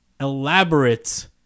elaborate